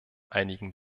einigen